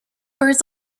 burns